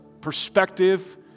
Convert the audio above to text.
perspective